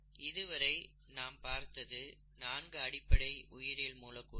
இதுவரை நாம் பார்த்தது நான்கு அடிப்படை உயிரியல் மூலக்கூறுகள்